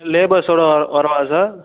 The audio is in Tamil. லேபர்ஸோடு வ வரவா சார்